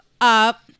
up